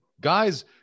Guys